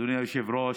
אדוני היושב-ראש,